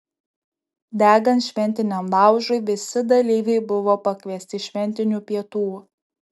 degant šventiniam laužui visi dalyviai buvo pakviesti šventinių pietų